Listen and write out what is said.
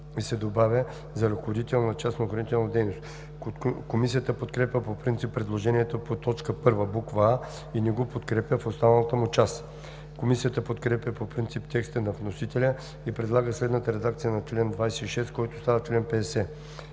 и се добавя „за ръководител на частна охранителна дейност“.“ Комисията подкрепя по принцип предложението по т. 1, буква „а“ и не го подкрепя в останалата му част. Комисията подкрепя по принцип текста на вносителя и предлага следната редакция на чл. 26, който става чл. 50.